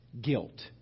Guilt